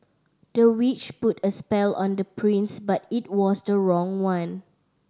the witch put a spell on the prince but it was the wrong one